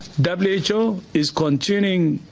the vigil is continuing.